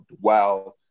wow